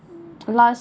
last